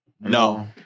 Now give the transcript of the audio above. no